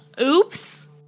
Oops